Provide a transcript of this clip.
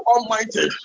Almighty